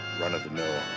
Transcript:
run-of-the-mill